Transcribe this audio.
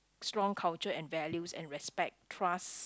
strong culture and values and respect trust